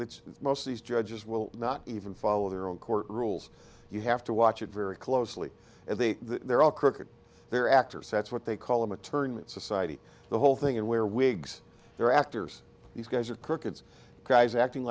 that most of these judges will not even follow their own court rules you have to watch it very closely and the they're all crooked they're actors that's what they call them a tournaments society the whole thing and wear wigs they're actors these guys are kirk and guys acting